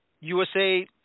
USA